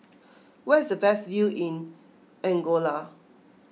where is the best view in Angola